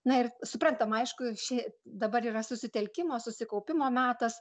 na ir suprantama aišku ši dabar yra susitelkimo susikaupimo metas